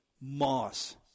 Moss